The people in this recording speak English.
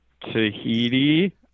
Tahiti